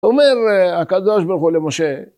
אומר הקב' ברוך הוא למשה.